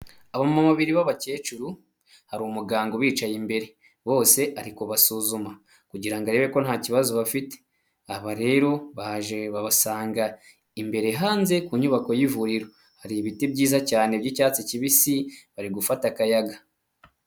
Abo mu mubiri b'abakecuru hari umuganga ubicaye imbere, bose ari kubasuzuma kugira ngo arebe ko nta kibazo bafite. Aba rero baje babasanga imbere hanze ku nyubako y'ivuriro, hari ibiti byiza cyane by'icyatsi kibisi bari gufata akayaga.